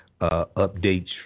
updates